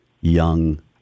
young